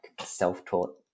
self-taught